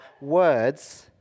words